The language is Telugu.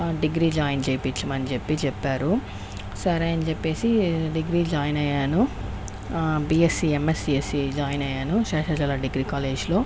డిగ్రీ జాయిన్ చేయించమని చెప్పి చెప్పారు సరే అని చెప్పేసి డిగ్రీ జాయిన్ అయ్యాను బిఎస్సి ఎంఎస్సిఎస్సి జాయిన్ అయ్యాను శేషాచల డిగ్రీ కాలేజ్లో